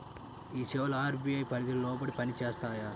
ఈ సేవలు అర్.బీ.ఐ పరిధికి లోబడి పని చేస్తాయా?